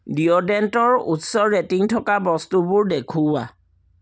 ডিঅ'ড্ৰেণ্টৰ উচ্চ ৰেটিং থকা বস্তুবোৰ দেখুওৱা